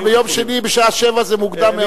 אבל ביום שני בשעה 19:00 זה מוקדם מאוד.